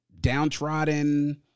downtrodden